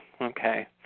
okay